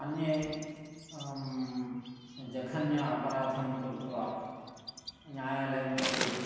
अन्ये जघन्य अपराधं कृत्वा न्यायालयं प्रति